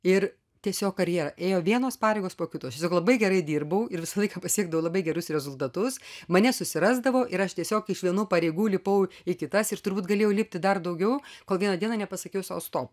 ir tiesiog karjera ėjo vienos pareigos po kitos aš tiesiog labai gerai dirbau ir visą laiką pasiekdavo labai gerus rezultatus mane susirasdavo ir aš tiesiog iš vienų pareigų lipau į kitas ir turbūt galėjau lipti dar daugiau kol vieną dieną nepasakiau sau stop